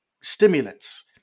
stimulants